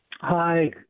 Hi